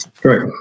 Great